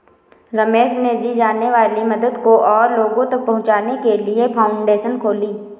रमेश ने की जाने वाली मदद को और लोगो तक पहुचाने के लिए फाउंडेशन खोली